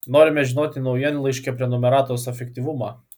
norime žinoti naujienlaiškio prenumeratos efektyvumą